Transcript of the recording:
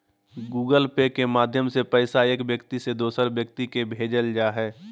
Google pay के माध्यम से पैसा एक व्यक्ति से दोसर व्यक्ति के भेजल जा हय